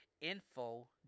info